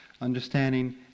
Understanding